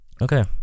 okay